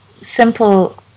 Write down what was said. simple